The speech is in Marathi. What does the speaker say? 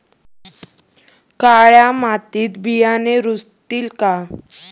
काळ्या मातीत बियाणे रुजतील का?